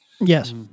Yes